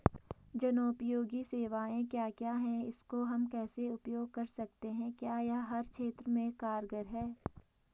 जनोपयोगी सेवाएं क्या क्या हैं इसको हम कैसे उपयोग कर सकते हैं क्या यह हर क्षेत्र में कारगर है?